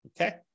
Okay